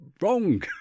wrong